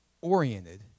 oriented